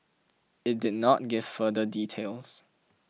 it did not give further details